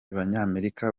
banyamerika